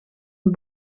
een